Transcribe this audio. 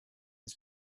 his